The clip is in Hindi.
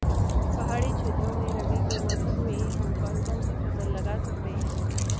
पहाड़ी क्षेत्रों में रबी के मौसम में हम कौन कौन सी फसल लगा सकते हैं?